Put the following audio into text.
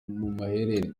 maherere